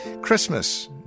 Christmas